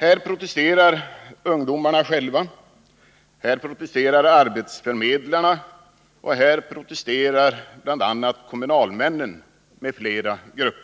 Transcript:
Där protesterar ungdomarna själva, arbetsförmedlarna, kommunalmännen m.fl. grupper. Det är olika